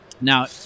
Now